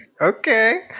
Okay